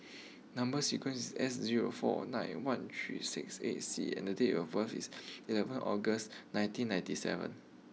number sequence is S zero four nine one three six eight C and date of birth is eleven August nineteen ninety seven